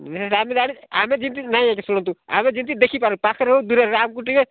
ଆମେ ଜାଣି ଆମେ ଯେମିତି ନାହିଁ ଆଜ୍ଞା ଶୁଣନ୍ତୁ ଆମେ ଯେମିତି ଦେଖି ପାରୁ ପାଖରେ ହେଉ ଦୂରରେ ହେଉ ଆମକୁ ଟିକେ